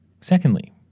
Secondly